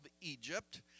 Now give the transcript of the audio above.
Egypt